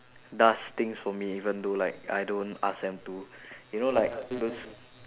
does things for me even though like I don't ask them to you know like those